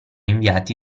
inviati